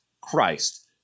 Christ